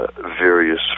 various